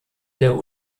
der